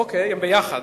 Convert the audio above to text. אוקיי, הם ביחד.